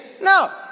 No